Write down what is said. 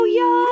yo